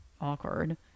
Awkward